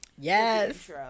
Yes